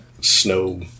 snow